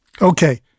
Okay